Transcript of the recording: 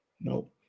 Nope